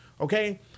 okay